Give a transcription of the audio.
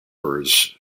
birds